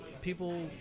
people